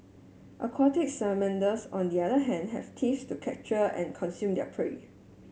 aquatic salamanders on the other hand have teeth to capture and consume their prey